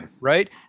Right